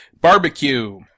Barbecue